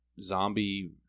zombie